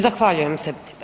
Zahvaljujem se.